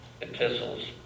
epistles